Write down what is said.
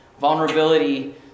Vulnerability